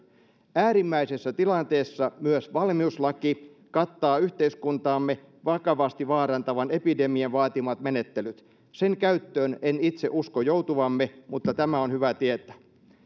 äärimmäisessä tilanteessa myös valmiuslaki kattaa yhteiskuntaamme vakavasti vaarantavan epidemian vaatimat menettelyt sen käyttöön en itse usko joutuvamme mutta tämä on hyvä tietää